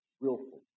willful